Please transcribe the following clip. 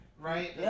Right